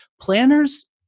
planners